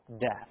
death